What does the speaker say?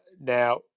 now